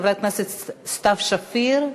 חברת הכנסת סתיו שפיר,